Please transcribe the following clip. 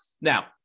Now